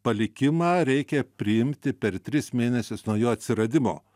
palikimą reikia priimti per tris mėnesius nuo jo atsiradimo